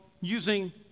using